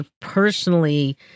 personally